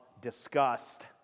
disgust